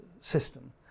system